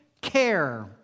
care